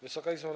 Wysoka Izbo!